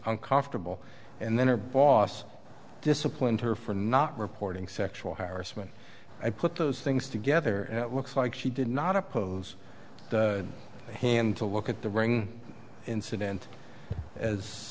uncomfortable and then her boss disciplined her for not reporting sexual harassment i put those things together looks like she did not oppose hand to look at the ring incident as